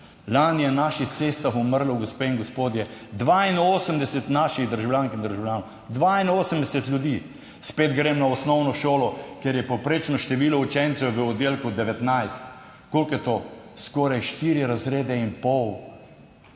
na naših cestah umrlo, gospe in gospodje, 82 naših državljank in državljanov. 82 ljudi. Spet grem na osnovno šolo, kjer je povprečno število učencev v oddelku 19. Koliko je to? Skoraj štiri razrede in pol življenj